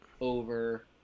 over